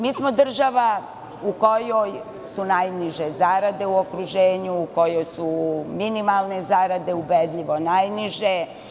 Mi smo država u kojoj su najniže zarade u okruženju, u kojoj su minimalne zarade ubedljivo najniže.